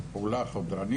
וזו פעולה חודרנית,